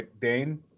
Dane